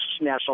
national